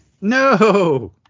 No